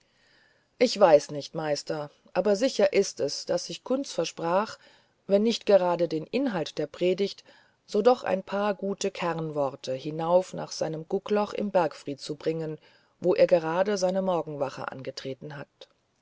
ich weiß nicht meister aber sicher ist es daß ich kunz versprach wenn nicht gerade den inhalt der predigt so doch ein paar gute kernworte hinauf nach seinem guckloch im bergfried zu bringen wo er gerade seine morgenwache angetreten hat